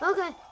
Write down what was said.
Okay